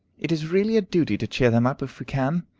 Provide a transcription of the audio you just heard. it is really a duty to cheer them up, if we can.